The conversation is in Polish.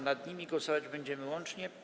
Nad nimi głosować będziemy łącznie.